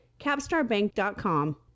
capstarbank.com